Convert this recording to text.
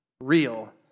Real